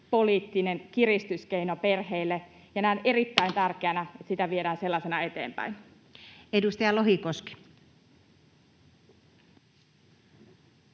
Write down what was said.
työllisyyspoliittinen kiristyskeino perheille. Näen erittäin tärkeänä, että sitä viedään sellaisena eteenpäin. Edustaja Lohikoski.